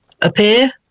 appear